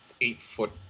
eight-foot